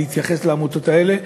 להתייחס לעמותות האלה,